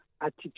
attitude